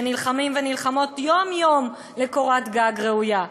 שנלחמים ונלחמות יום-יום על קורת גג ראויה.